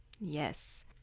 Yes